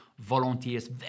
volunteers